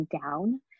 down